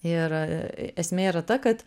ir esmė yra ta kad